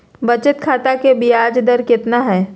बचत खाता के बियाज दर कितना है?